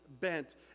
bent